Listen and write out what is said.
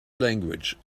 language